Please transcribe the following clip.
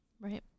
Right